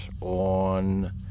on